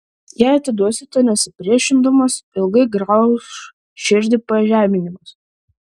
jei atiduosite nesipriešindamas ilgai grauš širdį pažeminimas